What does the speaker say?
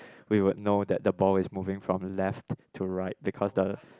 we would know that the ball is moving from left to right because the